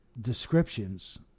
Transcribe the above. descriptions